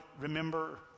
remember